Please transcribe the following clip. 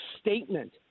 statement